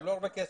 לא הרבה כסף.